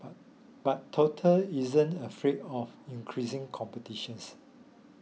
but total isn't afraid of increasing competitions